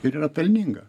ir yra pelninga